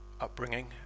upbringing